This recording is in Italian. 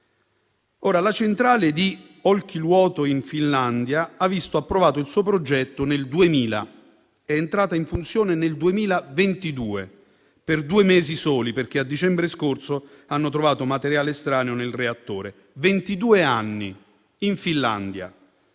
la centrale di Olkiluoto in Finlandia ha visto approvato il suo progetto nel 2000 ed è entrata in funzione nel 2022, per due mesi soli, perché a dicembre scorso hanno trovato materiale estraneo nel reattore. Ci sono voluti